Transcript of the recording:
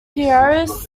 piraeus